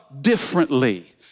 differently